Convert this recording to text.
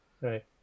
Right